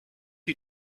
you